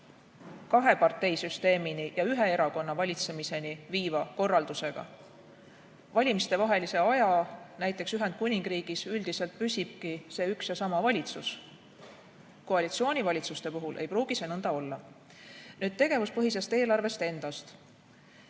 kaheparteisüsteemini ja ühe erakonna valitsemiseni viiva korraldusega. Valimistevahelisel ajal, näiteks Ühendkuningriigis, üldiselt püsibki see üks ja sama valitsus. Koalitsioonivalitsuste puhul ei pruugi see nõnda olla. Nüüd tegevuspõhisest eelarvest endast.